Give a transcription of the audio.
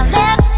let